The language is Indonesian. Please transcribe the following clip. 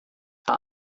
tak